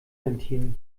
ventil